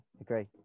Agree